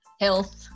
health